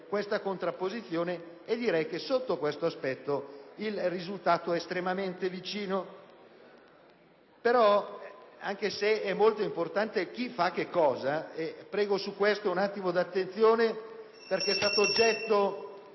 questa contrapposizione. Direi che sotto questo aspetto il risultato è estremamente vicino. Tuttavia, anche se è molto importante il «chi fa che cosa» - chiedo su questo un attimo di attenzione - è stato oggetto